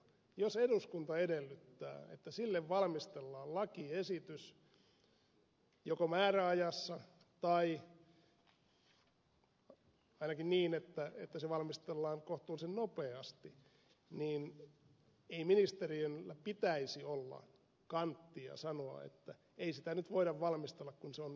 jos eduskunta edellyttää että sille valmistellaan lakiesitys joko määräajassa tai ainakin niin että se valmistellaan kohtuullisen nopeasti niin ei ministeriöllä pitäisi olla kanttia sanoa että ei sitä nyt voida valmistella kun se on niin vaikeata